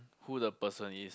who the person is